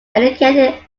educated